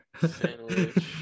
sandwich